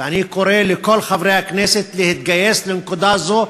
ואני קורא לכל חברי הכנסת להתגייס לנקודה זו,